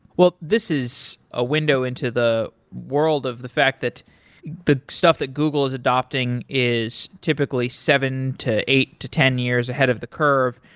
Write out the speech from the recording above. this is a window into the world of the fact that the stuff that google is adopting is typically seven to eight to ten years ahead of the curve.